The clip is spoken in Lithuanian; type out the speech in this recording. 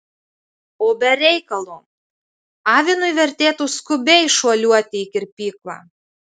o be reikalo avinui vertėtų skubiai šuoliuoti į kirpyklą